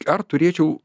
ar turėčiau